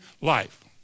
life